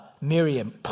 Miriam